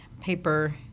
paper